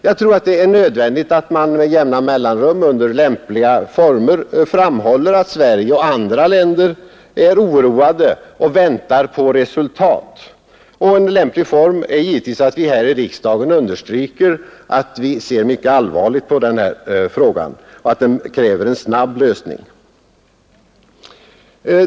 Jag tror det är nödvändigt att vi med jämna mellanrum under lämpliga former framhåller att Sverige och andra länder är oroade och väntar på resultat. Och en lämplig form är givetvis att vi här i riksdagen understryker att vi ser mycket allvarligt på denna fråga och att den kräver en snabb lösning.